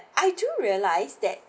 I do realise